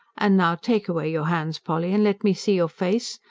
and now take away your hands, polly, and let me see your face.